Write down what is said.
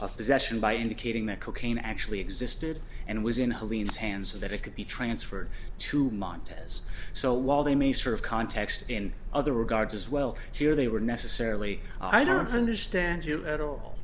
possession by indicating that cocaine actually existed and was in helene's hands so that it could be transferred to montana's so while they may serve context in other regards as well here they were necessarily i don't understand you at all